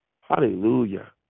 Hallelujah